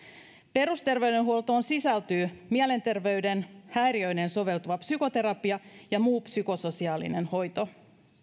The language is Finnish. perusterveydenhuoltoon sisältyy mielenterveyden häiriöiden soveltuva psykoterapia ja muu psykososiaalinen hoito